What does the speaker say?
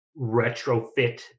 retrofit